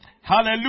Hallelujah